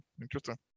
Interesting